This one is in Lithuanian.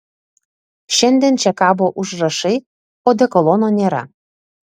šiandien čia kabo užrašai odekolono nėra